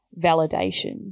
validation